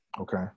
Okay